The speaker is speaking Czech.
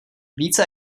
více